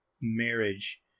marriage